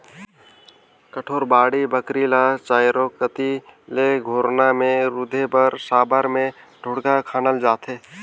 कोठार, बाड़ी बखरी ल चाएरो कती ले घोरना मे रूधे बर साबर मे ढोड़गा खनल जाथे